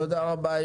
תודה רבה.